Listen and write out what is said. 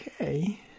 okay